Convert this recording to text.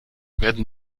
werden